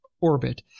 orbit